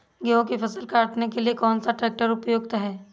गेहूँ की फसल काटने के लिए कौन सा ट्रैक्टर उपयुक्त है?